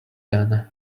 then